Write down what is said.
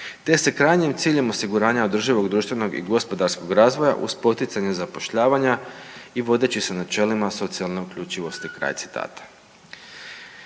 te se krajnjim ciljem osiguranja održivog i društvenog i gospodarskog razvoja uz poticanje zapošljavanja i vodeći se načelima socijalne uključivosti,